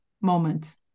moment